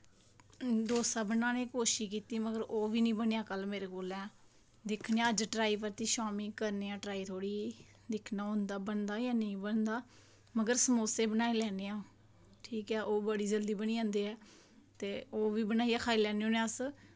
डोसा बनाने दी कोशिश कीती पर ओह्बी निं बनेआ मेरे कोला दिक्खने आं अज्ज परतियै करने आं ट्राई थोह्ड़ी जेही दिक्खना होंदा बनदा जां नेईं बनदा होंदा मगर समोसे बनाई लैन्नी अं'ऊ ठीक ऐ ओह् बड़ी जल्दी बनी जंदे ऐ ते ओह्बी बनाइयै खाई लैन्ने होन्ने अस